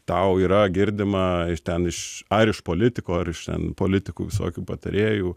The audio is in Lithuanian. tau yra girdima iš ten iš ar iš politiko ar iš ten politikų visokių patarėjų